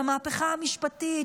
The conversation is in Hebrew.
המהפכה המשפטית,